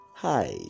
Hi